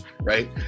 right